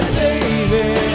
baby